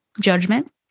judgment